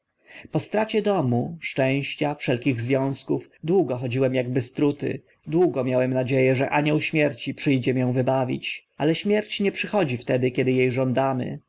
po stracie domu szczęścia wszelkich związków długo chodziłem akby struty długo miałem nadzie ę że anioł śmierci przy dzie mię wybawić ale śmierć nie przychodzi wtedy kiedy e żądamy